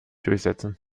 durchsetzen